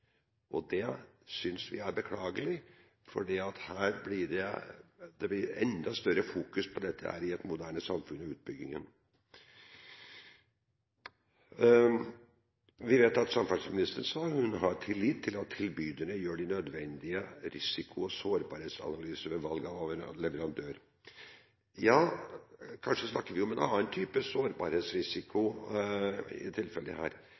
Det synes vi er beklagelig, for dette blir det enda mer fokusert på i et moderne samfunn. Vi vet at samferdselsministeren sa at hun har tillit til at tilbyderne gjør de nødvendige risiko- og sårbarhetsanalyser ved valg av leverandør. Ja, kanskje snakker vi om en annen type sårbarhetsrisiko i